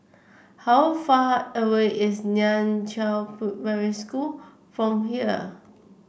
how far away is Nan Chiau Primary School from here